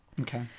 Okay